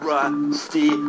Rusty